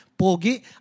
Pogi